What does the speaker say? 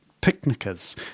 picnickers